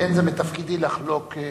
אין זה מתפקידי לחלוק.